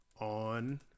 on